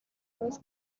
was